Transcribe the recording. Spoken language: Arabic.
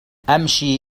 أمشي